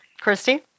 Christy